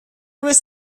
was